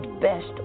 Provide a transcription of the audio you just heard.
best